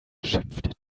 schimpfte